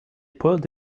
pulled